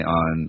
on